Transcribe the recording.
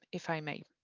if i may.